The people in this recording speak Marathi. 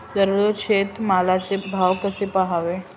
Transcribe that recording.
दररोज शेतमालाचे भाव कसे पहावे?